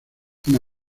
una